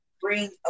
bring